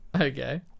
okay